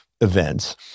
events